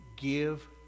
give